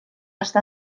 està